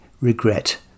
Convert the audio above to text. regret